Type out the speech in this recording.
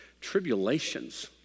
Tribulations